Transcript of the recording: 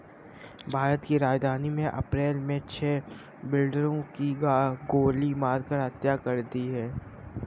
भारत की राजधानी में अप्रैल मे छह बिल्डरों की गोली मारकर हत्या कर दी है